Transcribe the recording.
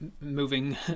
moving